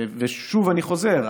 שוב אני חוזר,